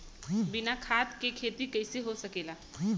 बिना खाद के खेती कइसे हो सकेला?